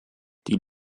die